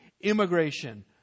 immigration